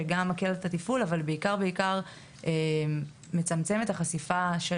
שגם מקל את התפעול אבל בעיקר מצמצם את החשיפה של